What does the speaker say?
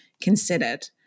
considered